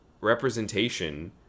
representation